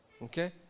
Okay